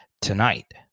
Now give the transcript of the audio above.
tonight